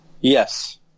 yes